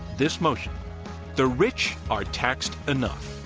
this motion the rich are taxed enough.